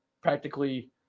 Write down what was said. practically